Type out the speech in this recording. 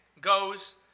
goes